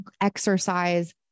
exercise